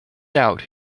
out